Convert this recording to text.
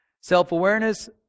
self-awareness